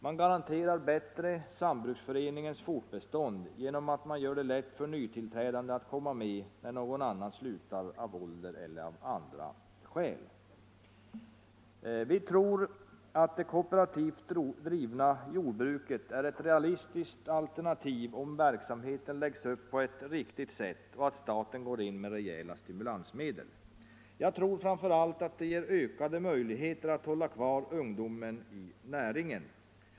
Man garanterar bättre sambruksföreningens fortbestånd genom att man gör det lätt för nytillträdande att komma med när någon annan slutar av ålder eller andra skäl. Vi tror att det kooperativt bedrivna jordbruket är ett realistiskt alternativ, om verksamheten läggs upp på ett riktigt sätt och staten går in med rejäla stimulansmedel. Jag tror framför allt att det ger ökade möjligheter att hålla kvar ungdomen i näringen.